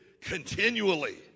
continually